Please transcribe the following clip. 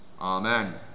Amen